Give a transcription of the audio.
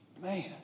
Man